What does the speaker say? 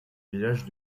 village